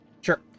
Sure